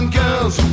girls